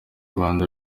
rwanda